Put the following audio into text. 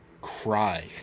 cry